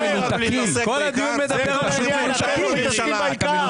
כל הדיון מדבר על העניין שאתם לא מתעסקים בעיקר.